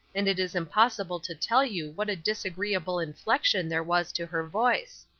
and it is impossible to tell you what a disagreeable inflection there was to her voice.